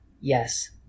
Yes